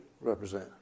represent